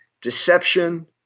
deception